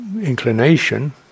inclination